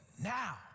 now